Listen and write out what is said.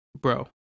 Bro